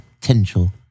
potential